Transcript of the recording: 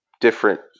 different